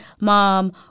mom